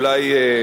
אולי,